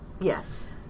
Yes